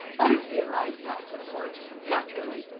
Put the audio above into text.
i realize that, of course. naturally.